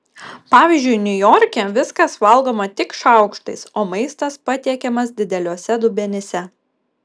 pavyzdžiui niujorke viskas valgoma tik šaukštais o maistas patiekiamas dideliuose dubenyse